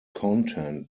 content